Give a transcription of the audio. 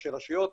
כראשי רשויות,